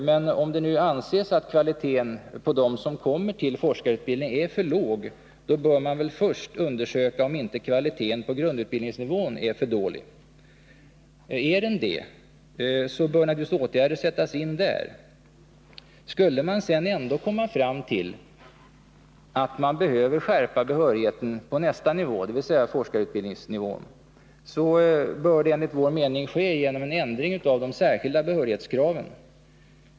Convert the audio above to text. Men om det nu anses att kvaliteten på dem som kommer till forskarutbildning är för låg, bör man väl först undersöka om inte kvaliteten på grundutbildningsnivån är för dålig. Är den det, bör åtgärder naturligtvis sättas in där. Skulle man sedan ändå komma fram till att man behöver skärpa behörigheten på nästa nivå, dvs. forskarutbildningsnivån, bör det enligt vår mening ske genom ändring av de särskilda behörighetskraven.